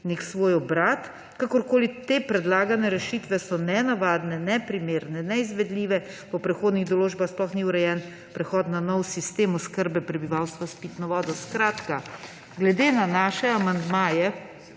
nek svoj obrat. Te predlagane rešitve so nenavadne, neprimerne, neizvedljive. Po prehodnih določbah sploh ni urejen prehod na nov sistem oskrbe prebivalstva s pitno vodo. Skratka, glede na naše amandmaje